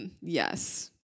Yes